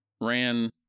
ran